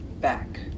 back